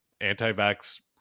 anti-vax